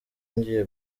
ngiye